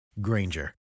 Granger